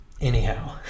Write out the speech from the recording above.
Anyhow